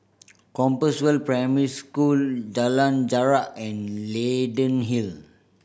Compassvale Primary School Jalan Jarak and Leyden Hill